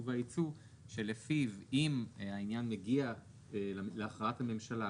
והיצוא שלפיו אם העניין מגיע להכרעת הממשלה,